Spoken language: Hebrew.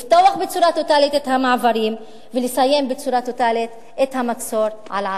לפתוח בצורה טוטלית את המעברים ולסיים בצורה טוטלית את המצור על עזה.